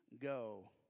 go